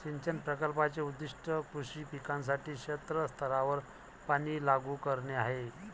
सिंचन प्रकल्पाचे उद्दीष्ट कृषी पिकांसाठी क्षेत्र स्तरावर पाणी लागू करणे आहे